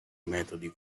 metodi